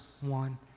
one